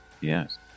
Yes